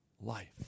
life